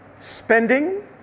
Spending